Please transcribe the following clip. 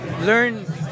Learn